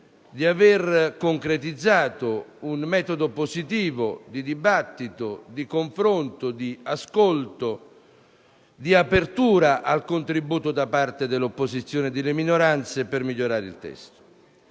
di aver concretizzato un metodo positivo di dibattito, di confronto, di ascolto, di apertura al contributo da parte delle opposizioni e delle minoranze per migliorare il testo.